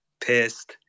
pissed